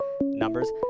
Numbers